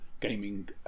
gaming